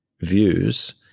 views